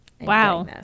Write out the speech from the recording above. wow